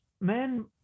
men